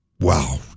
wow